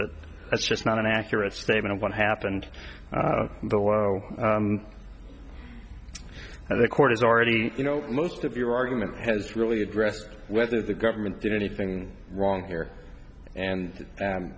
that that's just not an accurate statement of what happened and the court is already you know most of your argument has really addressed whether the government did anything wrong here and